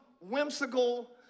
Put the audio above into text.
whimsical